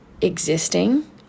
existing